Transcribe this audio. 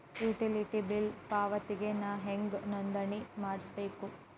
Utility bill ಪಾವತಿಗೆ ನಾ ಹೆಂಗ್ ನೋಂದಣಿ ಮಾಡ್ಸಬೇಕು?